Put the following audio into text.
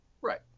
right